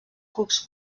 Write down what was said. cucs